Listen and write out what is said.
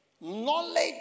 knowledge